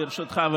ברשותך,